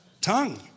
tongue